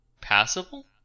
passable